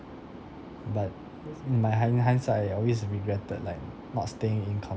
but mhy hind~ hindsight I always regretted like not staying in contact with the person